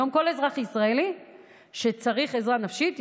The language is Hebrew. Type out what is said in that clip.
היום כל אזרח ישראלי שצריך עזרה נפשית,